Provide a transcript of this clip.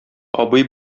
абый